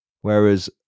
whereas